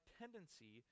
tendency